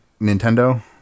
Nintendo